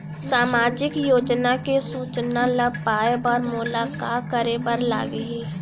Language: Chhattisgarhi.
सामाजिक योजना के सूचना ल पाए बर मोला का करे बर लागही?